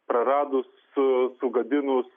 praradus su sugadinus